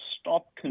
stop